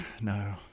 No